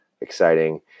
Exciting